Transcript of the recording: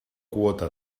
quota